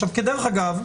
עכשיו, כדרך אגב,